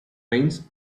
trains